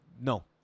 no